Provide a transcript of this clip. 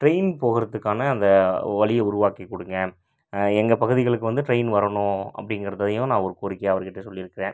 train போகிறதுக்கான அந்த வழியே உருவாக்கி கொடுங்க எங்கள் பகுதிகளுக்கு வந்து ட்ரெயின் வரணும் அப்படிங்கிறதையும் நான் ஒரு கோரிக்கையாக அவர்கிட்ட சொல்லி இருக்கிறேன்